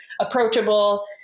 approachable